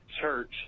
church